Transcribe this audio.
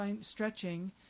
stretching